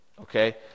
Okay